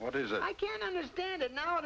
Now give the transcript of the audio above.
what is it i can't understand it now